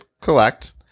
collect